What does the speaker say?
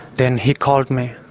then he called me,